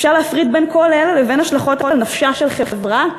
אפשר להפריד בין אלה לבין ההשלכות על נפשה של חברה?